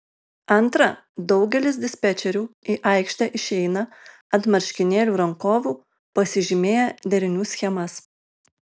antra daugelis dispečerių į aikštę išeina ant marškinėlių rankovių pasižymėję derinių schemas